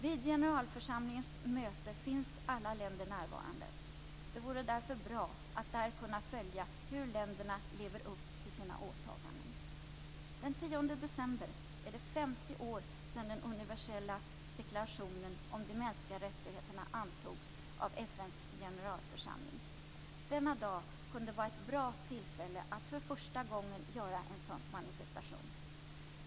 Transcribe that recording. Vid generalförsamlingens möte finns alla länder närvarande. Det vore därför bra att där kunna följa hur länderna lever upp till sina åtaganden. Den 10 december är det 50 år sedan den universella deklarationen om de mänskliga rättigheterna antogs av FN:s generalförsamling. Denna dag kunde vara ett bra tillfälle att för första gången göra en sådan manifestation.